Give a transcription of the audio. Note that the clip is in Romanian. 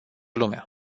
lumea